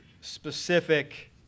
specific